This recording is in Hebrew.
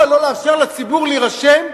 מדוע לא לאפשר לציבור להירשם,